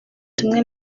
tumwe